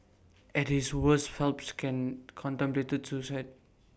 at his worst Phelps even contemplated suicide